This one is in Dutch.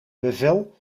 bevel